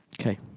Okay